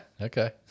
Okay